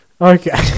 Okay